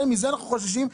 מזה אנחנו חוששים,